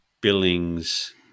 Billings